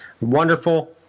wonderful